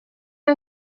jag